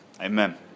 amen